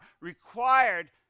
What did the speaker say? required